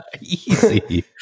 easy